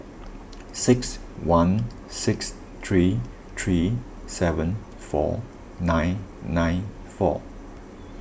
six one six three three seven four nine nine four